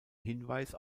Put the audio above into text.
hinweis